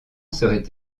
serait